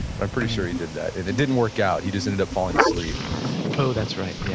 but i'm pretty sure he did that. and it didn't work out, he just ended up falling asleep oh, that's right. yeah